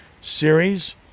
series